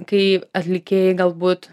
kai atlikėjai galbūt